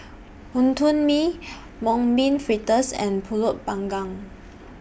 Wonton Mee Mung Bean Fritters and Pulut Panggang